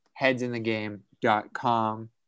headsinthegame.com